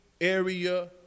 area